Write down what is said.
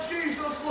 Jesus